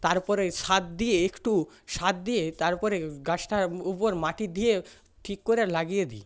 তারপরে সার দিয়ে একটু সার দিয়ে তার উপরে গাছটার উপর মাটি দিয়ে ঠিক করে লাগিয়ে দিই